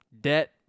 Debt